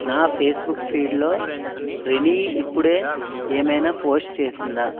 నా ఫేస్బుక్ ఫీడ్లో రెనీ ఇప్పుడే ఏమైనా పోస్ట్ చేసిందా